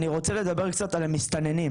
אני רוצה לדבר קצת על המסתננים,